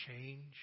change